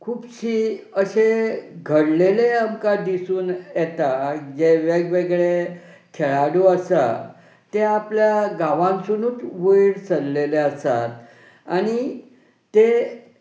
खुबशी अशे घडलेलें आमकां दिसून येता जें वेगवेगळे खेळाडू आसा ते आपल्या गांवानसुनूच वयर सरलेले आसात आनी ते